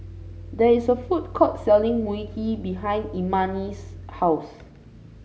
there is a food court selling Mui Kee behind Imani's house